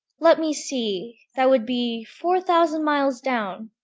let me see that would be four thousand miles down,